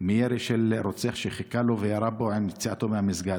מירי של רוצח שחיכה לו וירה בו עם יציאתו מהמסגד.